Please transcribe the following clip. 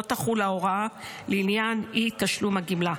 לא תחול ההוראה לעניין אי-תשלום הגמלה.